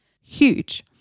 Huge